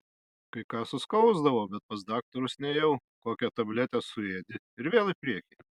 kai ką suskausdavo bet pas daktarus nėjau kokią tabletę suėdi ir vėl į priekį